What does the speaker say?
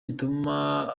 gituma